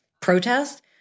protest